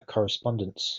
correspondence